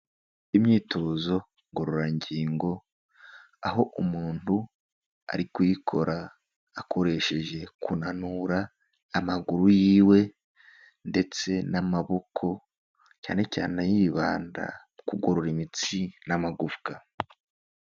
Imyitozo ngororangingo, aho umuntu ari kuyikora akoresheje kunanura amaguru y'iwe ndetse n'amaboko, cyane cyane yibanda kugorora imitsi n'amagufwa.